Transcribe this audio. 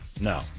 No